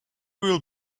will